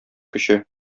көче